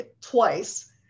twice